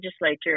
legislature